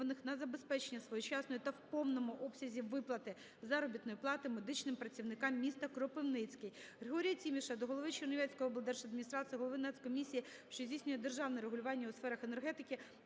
на забезпечення своєчасної та в повному обсязі виплати заробітної плати медичним працівникам міста Кропивницький. Григорія Тіміша до голови Чернівецької обласної державної адміністрації, Голови Національної комісії, що здійснює державне регулювання у сферах енергетики